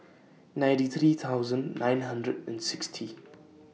ninety three thousand nine hundred and sixty